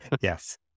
Yes